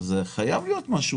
אז זה חייב להיות דינמי.